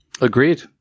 Agreed